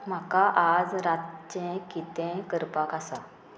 म्हाका आज रातचें कितें करपाक आसा